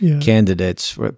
candidates